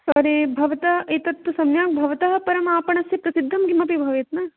अरे भवतः एतत्तु सम्यक् भवतः परमापणस्य प्रसिद्धं किमपि भवेत् न